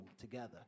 together